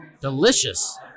delicious